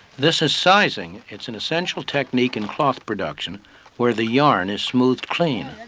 this is sizing. it's an essential technique and cloth production where the yarn is smoothed clean.